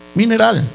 mineral